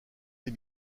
des